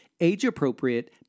age-appropriate